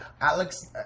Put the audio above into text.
Alex